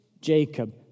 Jacob